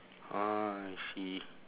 oh I see